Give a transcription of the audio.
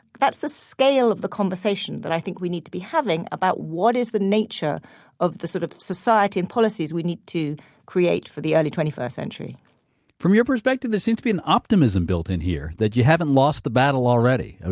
that's the scale of the conversation that i think we need to be having about what is the nature of the sort of society and policies we need to create for the early twenty first century from your perspective there seems to be an optimism built in here, that you haven't lost the battle already. i